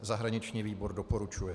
Zahraniční výbor doporučuje.